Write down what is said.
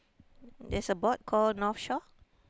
there's a board called North Shore